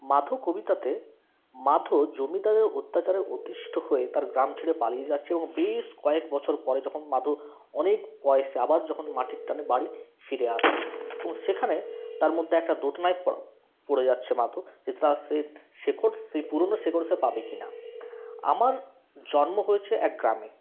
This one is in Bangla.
মাধো কবিতাতে মাধো জমিদারের অত্যাচারে অতিষ্ট হয়ে তার গ্রাম ছেড়ে পালিয়ে যাচ্ছে এবং বেশ কয়েকবছর পরে যখন মাধো অনেক পয়সা আবার যখন মাটির টানে বাড়ি ফিরে আসছে এবং সেখানে তার মধ্যে একটা দোটানায় পড়ে যাচ্ছে মাধো যে তার সে শেকড় সে পুরনো শেকড় সে পাবে কিনা আমার জন্ম হয়েছে এক গ্রামে